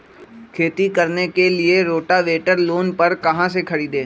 खेती करने के लिए रोटावेटर लोन पर कहाँ से खरीदे?